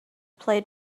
played